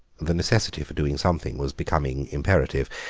the necessity for doing something was becoming imperative.